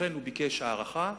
לכן הוא ביקש הארכה.